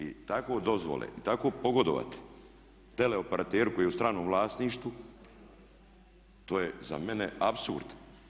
I tako dozvole, tako pogodovati tele operateru koji je u stranom vlasništvu to je za mene apsurd.